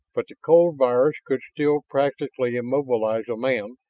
but the cold virus could still practically immobilize a man,